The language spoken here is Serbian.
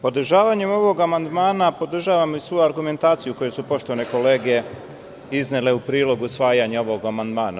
Podržavanjem ovog amandmana podržavam i svu argumentaciju koju su poštovane kolege iznele u prilogu usvajanja ovog amandmana.